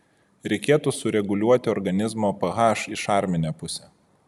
reikėtų sureguliuoti organizmo ph į šarminę pusę